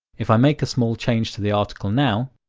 if i make a small change to the article now,